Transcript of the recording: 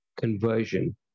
conversion